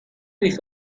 with